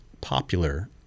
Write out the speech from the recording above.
popular